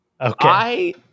Okay